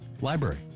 library